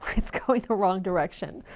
it's going the wrong direction.